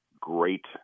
great